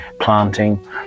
planting